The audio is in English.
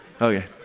Okay